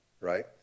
right